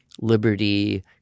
Liberty